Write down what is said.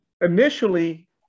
initially